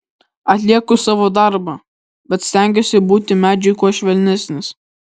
atlieku savo darbą bet stengiuosi būti medžiui kuo švelnesnis